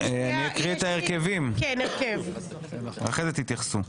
אני אקריא את ההרכבים ואחר כך תתייחסו.